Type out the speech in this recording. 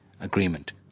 agreement